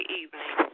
evening